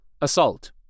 Assault